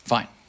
Fine